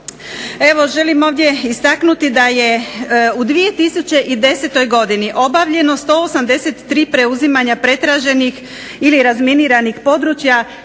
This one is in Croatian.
želim ovdje istaknuti da je u 2010. godini obavljeno 183 preuzimanja pretraženih i razminiranih područja,